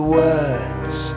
words